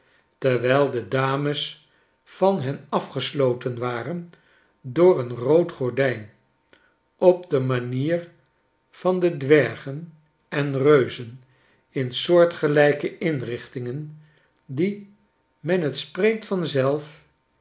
terwijl de dames van hen afgesloten waren door een rood gordijn op de manier van de dwergen en reuzen in soortelijke inrichtingen die men t spreekt vanzelf